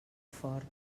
fort